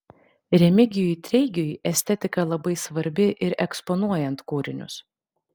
remigijui treigiui estetika labai svarbi ir eksponuojant kūrinius